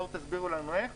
תסבירו לנו איך.